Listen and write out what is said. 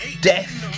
Death